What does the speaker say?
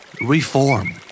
Reform